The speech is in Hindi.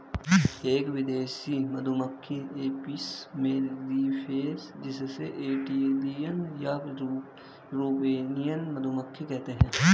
एक विदेशी मधुमक्खी एपिस मेलिफेरा जिसे इटालियन या यूरोपियन मधुमक्खी कहते है